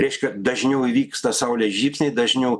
reiškia dažniau įvyksta saulės žybsniai dažniau